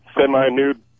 semi-nude